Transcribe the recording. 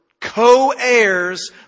co-heirs